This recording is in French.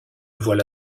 voilà